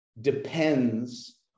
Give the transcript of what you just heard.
depends